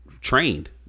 trained